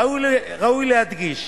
ראוי להדגיש